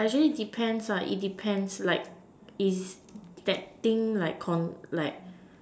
but actually depends it depends like if that thing like like